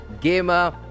gamer